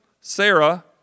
Sarah